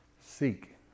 seek